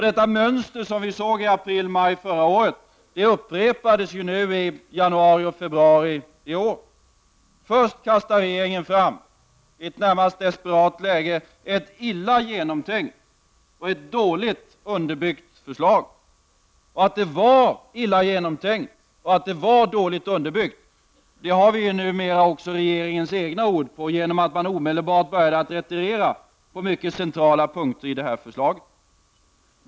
Det mönster som vi såg i i april och maj förra året upprepades nu i janauri och februari i år. Först kastade regeringen, i ett närmast desperat läge, fram ett illa genomtänkt och dåligt underbyggt förslag. Att det var illa genomtänkt och dåligt underbyggt, det har vi numera regeringens egna ord på, genom att man omedelbart började retirera på mycket centrala punkter i förslaget.